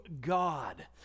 God